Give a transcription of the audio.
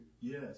Yes